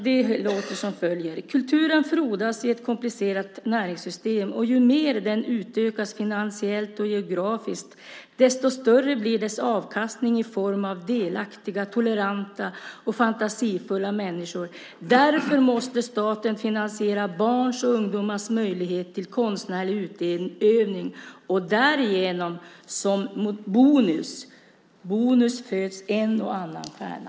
Det låter som följer: "Kulturen frodas i ett komplicerat näringssystem och ju mer den utökas finansiellt och geografiskt desto större blir dess avkastning i form av delaktiga, toleranta och fantasifulla människor. Därför måste staten finansiera barns och ungdomars möjlighet till konstnärlig utövning. Och därigenom, som bonus, föds en och annan stjärna."